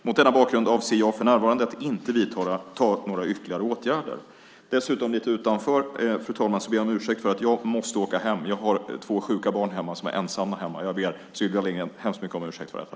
Mot denna bakgrund avser jag för närvarande inte att vidta några ytterligare åtgärder. Fru talman! Dessutom ber jag, lite utanför detta, om ursäkt för att jag måste åka hem. Jag har två sjuka barn som är ensamma hemma. Jag ber Sylvia Lindgren hemskt mycket om ursäkt för detta.